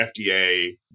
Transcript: FDA